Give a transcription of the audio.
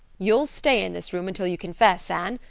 you'll stay in this room until you confess, anne.